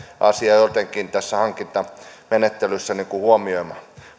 asia jotenkin tässä hankintamenettelyssä huomioimaan